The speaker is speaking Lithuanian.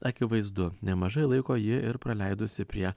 akivaizdu nemažai laiko ji ir praleidusi prie